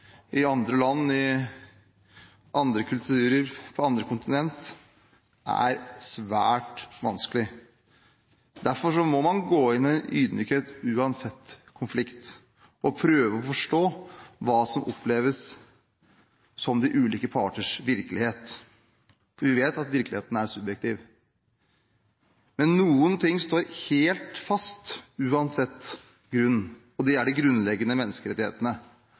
og prøve å forstå hva som oppleves som de ulike parters virkelighet. Vi vet at virkeligheten er subjektiv. Men noen ting står helt fast, uansett grunn, og det er de grunnleggende menneskerettighetene.